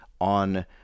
on